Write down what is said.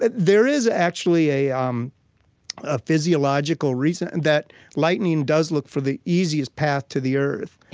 there is actually a um ah physiological reason that lightning does look for the easiest path to the earth.